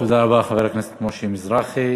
תודה רבה, חבר הכנסת משה מזרחי.